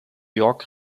york